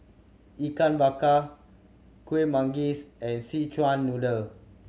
Ikan Bakar Kueh Manggis and Szechuan Noodle